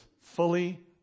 Fully